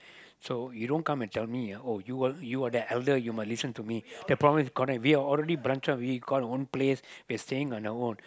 so you don't come and tell me ah oh you are you are the elder you must listen to me the problem is correct we are already branch out we got our own place we're staying on our own